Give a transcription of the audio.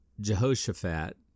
Jehoshaphat